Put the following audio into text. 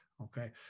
Okay